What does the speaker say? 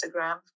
Instagram